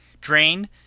Drain